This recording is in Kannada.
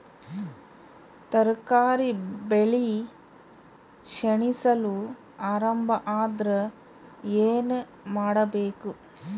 ತರಕಾರಿ ಬೆಳಿ ಕ್ಷೀಣಿಸಲು ಆರಂಭ ಆದ್ರ ಏನ ಮಾಡಬೇಕು?